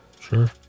Sure